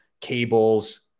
cables